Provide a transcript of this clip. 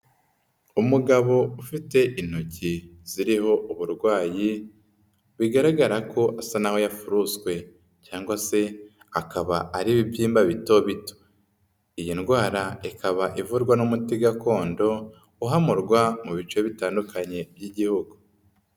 Umugabo ufite intoki ziriho uburwayi bigaragara ko asa n'aho yafuruswe cyangwa se akaba ari ibibyimba bito bito, iyi ndwara ikaba ivurwa n'umuti gakondo uhamurwa mu bice bitandukanye by'Igihugu.